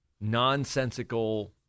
nonsensical